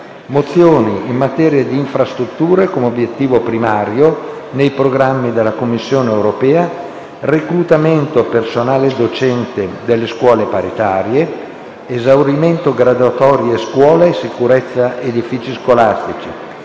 mozioni in materia di infrastrutture come obiettivo primario nei programmi della Commissione europea; reclutamento personale docente dalle scuole paritarie; esaurimento graduatorie scuola e sicurezza edifici scolastici;